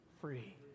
free